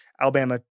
Alabama